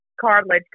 cartilage